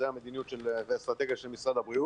זה האסטרטגיה של משרד הבריאות.